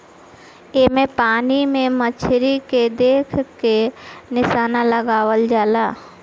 एमे पानी में मछरी के देख के निशाना लगावल जाला